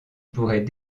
pourrait